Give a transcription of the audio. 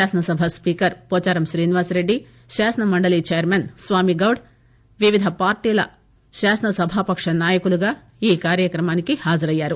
శాసనసభ స్పీకర్ పోచారం శీనివాసరెడ్డి శాసనమండలి ఛైర్మన్ స్వామిగౌడ్ వివిధ పార్టీల శాసనసభా పక్ష నాయకులుగా ఈ కార్యక్రమానికి హాజరయ్యారు